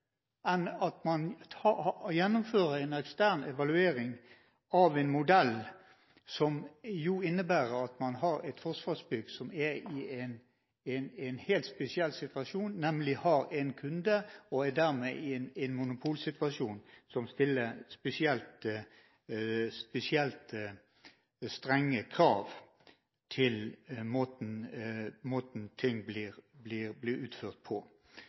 en ekstern evaluering av en modell som innebærer at Forsvarsbygg, som er i en helt spesiell situasjon, nemlig har én kunde og dermed er i en monopolsituasjon, stiller spesielt strenge krav til måten ting blir utført på?